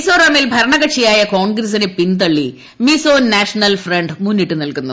മിസോറാമിൽ ഭരണകക്ഷിയായ കോൺഗ്രസ്സിനെ പിന്തള്ളി മിസോ നാഷണൽ ഫ്രണ്ട് മുന്നിട്ട് നിൽക്കുന്നു